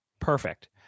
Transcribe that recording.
perfect